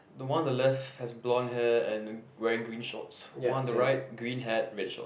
the one on the left has blonde hair and um wearing green shorts one the right green hat red short